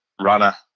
runner